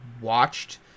watched